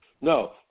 No